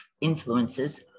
influences